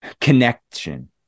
connection